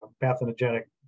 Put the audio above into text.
pathogenic